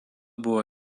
buvo